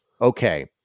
okay